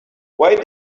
why